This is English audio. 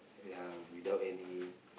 ya without any